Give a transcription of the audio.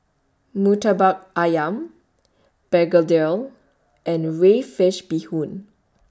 Murtabak Ayam Begedil and Crayfish Beehoon